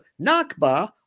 Nakba